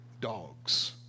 dogs